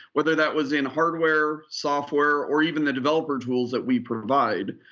whether that was in hardware, software, or even the developer tools that we provide.